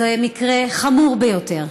זה מקרה חמור ביותר.